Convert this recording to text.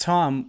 Tom